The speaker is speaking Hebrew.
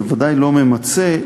זה ודאי לא ממצה,